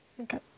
okay